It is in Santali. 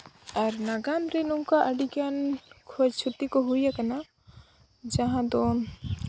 ᱟᱨ ᱱᱟᱜᱟᱢ ᱨᱮ ᱱᱚᱝᱠᱟ ᱟᱹᱰᱤᱜᱟᱱ ᱠᱷᱚᱭ ᱠᱷᱚᱛᱤ ᱠᱚ ᱦᱩᱭ ᱠᱟᱱᱟ ᱡᱟᱦᱟᱸ ᱫᱚ